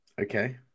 Okay